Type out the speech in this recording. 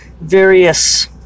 various